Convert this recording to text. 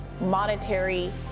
monetary